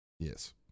Yes